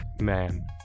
man